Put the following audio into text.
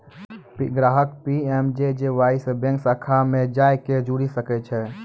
ग्राहक पी.एम.जे.जे.वाई से बैंक शाखा मे जाय के जुड़ि सकै छै